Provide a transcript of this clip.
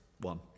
one